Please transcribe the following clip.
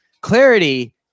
clarity